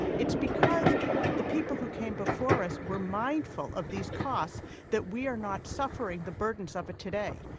it's because the people who came before us were mindful of these costs that we are not suffering the burdens of it today.